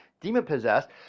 demon-possessed